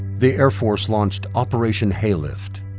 the air force launched operation haylift.